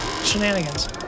Shenanigans